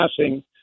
passing